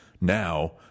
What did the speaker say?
Now